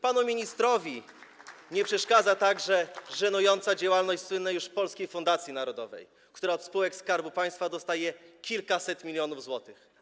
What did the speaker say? Panu ministrowi nie przeszkadza także żenująca działalność słynnej już Polskiej Fundacji Narodowej, która od spółek Skarbu Państwa dostaje kilkaset milionów złotych.